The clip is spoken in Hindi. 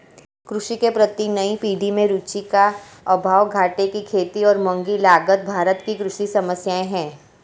कृषि के प्रति नई पीढ़ी में रुचि का अभाव, घाटे की खेती और महँगी लागत भारत की कृषि समस्याए हैं